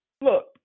look